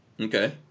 okay